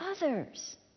others